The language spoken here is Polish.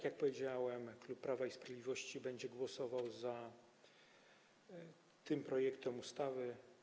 Jak powiedziałem, klub Prawa i Sprawiedliwości będzie głosował za tym projektem ustawy.